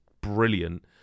brilliant